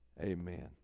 Amen